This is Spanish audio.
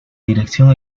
dirección